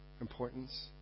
importance